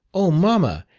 o, mamma,